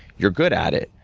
you're good at it.